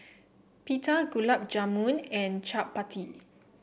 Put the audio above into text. Pita Gulab Jamun and Chapati